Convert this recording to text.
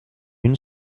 une